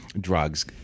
drugs